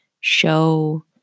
show